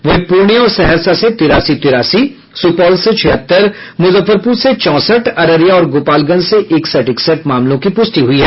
वहीं पूर्णिया और सहरसा से तिरासी तिरासी सुपौल से छिहत्तर मुजफ्फरपुर से चौंसठ अररिया और गोपालगंज से एकसठ एकसठ मामलों की प्रष्टि हुई है